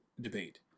debate